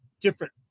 different